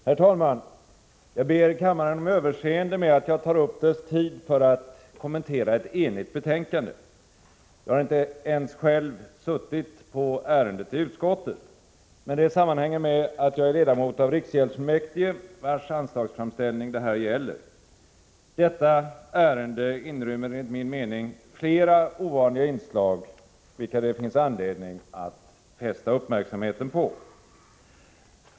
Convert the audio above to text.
Herr talman! Jag ber kammaren om överseende med att jag tar upp dess tid med att kommentera ett enigt betänkande. Jag har inte ens själv suttit på ärendet i utskottet. Men det sammanhänger med att jag är ledamot av riksgäldsfullmäktige, vars anslagsframställning det här gäller. Detta ärende inrymmer enligt min mening flera ovanliga inslag, vilka det finns anledning att fästa uppmärksamheten på.